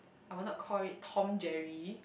I will not call it Tom Jerry